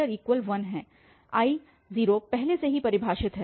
तो I0 पहले से ही परिभाषित है